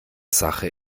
sache